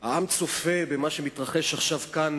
העם צופה במה שמתרחש עכשיו כאן,